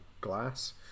glass